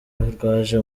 rwaje